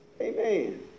Amen